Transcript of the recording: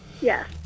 Yes